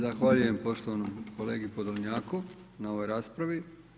Zahvaljujem poštovanom kolegi Podolnjaku na ovoj raspravi.